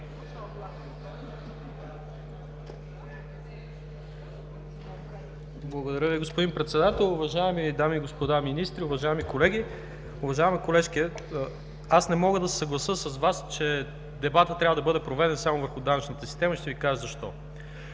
Благодаря Ви, господин Председател. Уважаеми дами и господа министри, уважаеми колеги! Уважаема колежке, аз не мога да се съглася с Вас, че дебатът трябва да бъде проведен само върху данъчната система и ще Ви кажа защо.